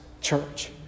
church